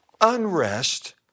Unrest